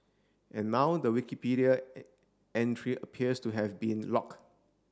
and now the Wikipedia entry appears to have been lock